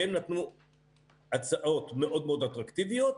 כי הם נתנו הצעות מאדו מאוד אטרקטיביות.